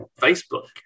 Facebook